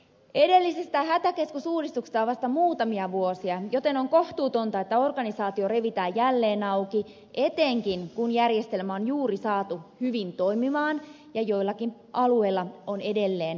edellisestä hätäkeskusuudistuksesta on vasta muutamia vuosia joten on kohtuutonta että organisaatio revitään jälleen auki etenkin kun järjestelmä on juuri saatu hyvin toimimaan ja joillakin alueilla on edelleen ongelmia